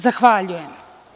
Zahvaljujem.